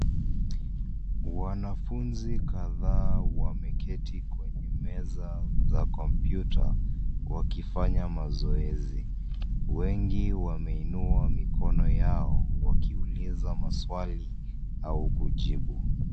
Wanafunzi kadhaa wameketi kwenye meza za kompyuta wakifanya mazoezi. Wengi wameinua mikono yao wakiuliza maswali au kujibu.